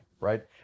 right